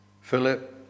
Philip